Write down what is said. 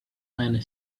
man